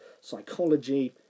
psychology